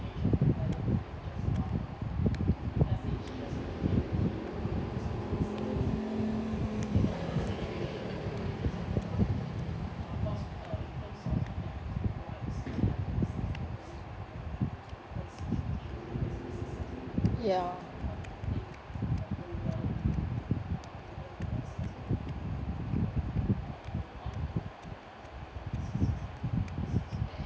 ya